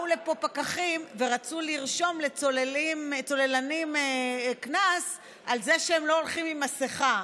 באו לפה פקחים ורצו לרשום לצוללנים קנס על זה שהם לא הולכים עם מסכה.